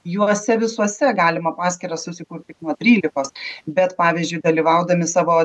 juose visuose galima paskyrą susikurti nuo trylikos bet pavyzdžiui dalyvaudami savo